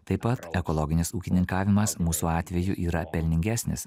taip pat ekologinis ūkininkavimas mūsų atveju yra pelningesnis